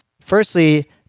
firstly